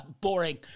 boring